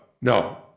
no